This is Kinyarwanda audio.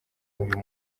uyu